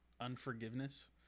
unforgiveness